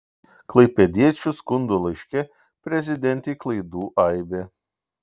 klaipėdiečių skundo laiške prezidentei klaidų aibė